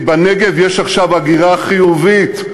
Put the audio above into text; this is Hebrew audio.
כי בנגב יש עכשיו הגירה חיובית.